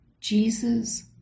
Jesus